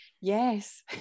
yes